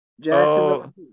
Jacksonville